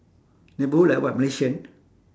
neighbourhood like what malaysian